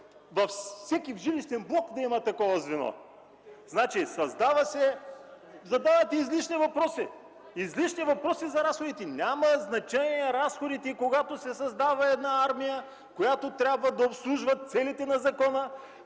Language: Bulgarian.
във всеки жилищен блок да има такова звено! Задавате излишни въпроси! Излишни въпроси за разходите! Нямат значение разходите, когато се създава една армия, която трябва да обслужва целите на закона,